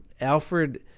Alfred